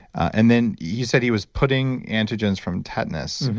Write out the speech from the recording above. and then, you said he was putting antigens from tetanus.